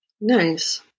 Nice